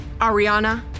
Ariana